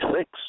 six